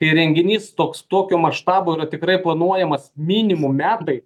kai renginys toks tokio maštabo yra tikrai planuojamas minimum metai